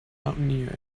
mountaineer